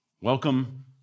Welcome